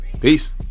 Peace